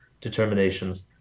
determinations